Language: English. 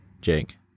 Jake